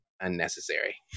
unnecessary